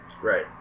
right